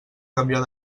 canviar